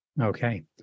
Okay